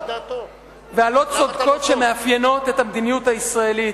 והלא-צודקות שמאפיינות את המדיניות הישראלית.